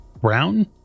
brown